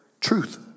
truth